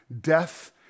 death